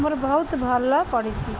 ମୋର ବହୁତ ଭଲ ପଡ଼ିଛି